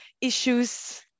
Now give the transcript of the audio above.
issues